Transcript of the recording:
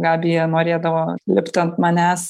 gabija norėdavo lipt ant manęs